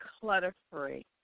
clutter-free